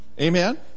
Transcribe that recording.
Amen